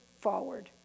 forward